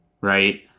Right